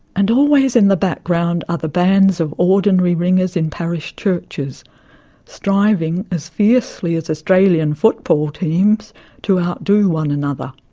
and always in the background are the bands of ordinary ringers in parish churches striving as fiercely as australian football teams to outdo one another.